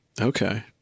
okay